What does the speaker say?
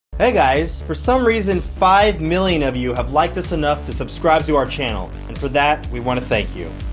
hey, guys, for some reason, five million of you have liked us enough to subscribe to our channel, and for that, we want to thank you.